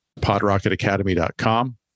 podrocketacademy.com